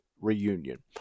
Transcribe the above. reunion